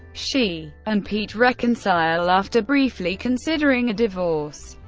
she and pete reconcile after briefly considering a divorce.